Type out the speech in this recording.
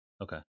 Okay